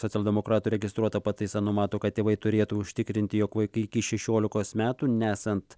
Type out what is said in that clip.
socialdemokratų registruota pataisa numato kad tėvai turėtų užtikrinti jog vaikai iki šešiolikos metų nesant